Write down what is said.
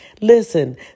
Listen